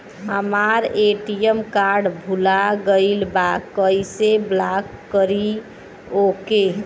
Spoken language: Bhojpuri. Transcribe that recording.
हमार ए.टी.एम कार्ड भूला गईल बा कईसे ब्लॉक करी ओके?